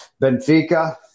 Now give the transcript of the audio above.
Benfica